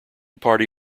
party